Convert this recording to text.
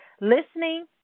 listening